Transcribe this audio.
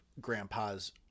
grandpa's